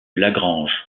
lagrange